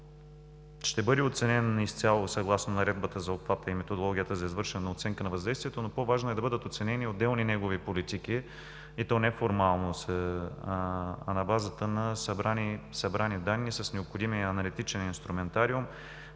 ще бъде оценен изцяло съгласно наредбата за обхвата и методологията за извършване на оценка на въздействието, но по-важно е да бъдат оценени отделни негови политики и то неформално, а на базата на събрани данни с необходимия аналитичен инструментариум.